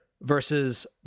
versus